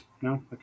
No